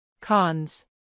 Cons